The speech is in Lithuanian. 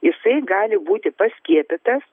jisai gali būti paskiepytas